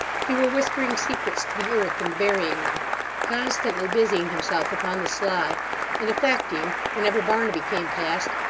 he were whispering secrets to the earth and burying them constantly busying himself upon the sly and affecting, whenever barnaby came past,